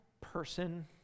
person